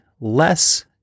less